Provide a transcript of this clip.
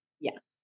Yes